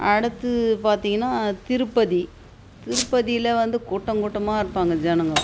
அடுத்து பார்த்தீங்கன்னா திருப்பதி திருப்பதியில வந்து கூட்டம் கூட்டமாக இருப்பாங்க ஜனங்க